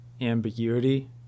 ambiguity